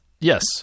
Yes